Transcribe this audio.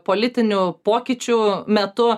politinių pokyčių metu